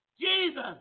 Jesus